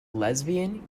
lesbian